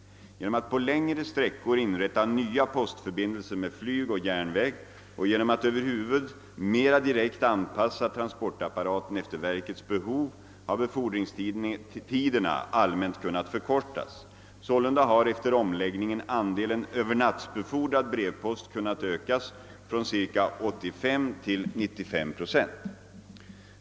Genom att på längre sträckor inrätta nya postförbindelser med flyg och järnväg och genom att över huvud mera direkt anpassa transportapparaten efter verkets behov har befordringstiderna allmänt kunnat förkortas. Sålunda har efter omläggningen andelen övernattbefordrad brevpost kunnat ökas från ca 85 till 95 2.